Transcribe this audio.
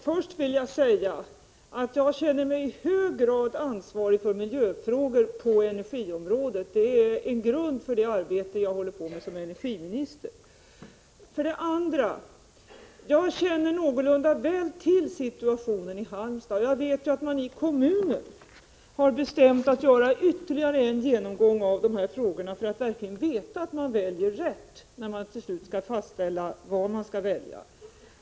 Fru talman! För det första: Jag känner mig i högsta grad ansvarig för miljöfrågor på energiområdet. Det är en grund för det arbete jag håller på med som energiminister. För det andra: Jag känner någorlunda väl till situationen i Halmstad, och jag vet att man i kommunen har bestämt att göra ytterligare en genomgång av dessa frågor för att verkligen veta att man väljer rätt när man till slut skall fastställa vad man skall använda.